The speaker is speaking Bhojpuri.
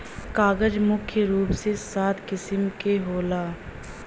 कागज मुख्य रूप से सात किसिम क होला